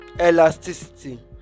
elasticity